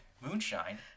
moonshine